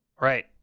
right